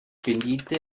bediente